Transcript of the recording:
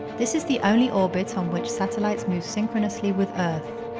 this is the only orbit on which satellites move synchronously with earth.